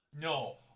No